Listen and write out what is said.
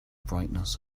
brightness